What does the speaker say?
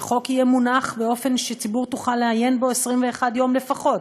שחוק יהיה מונח באופן שציבור יוכל לעיין בו 21 יום לפחות,